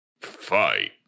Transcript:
fight